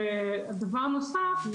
דבר נוסף,